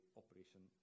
operation